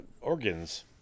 organs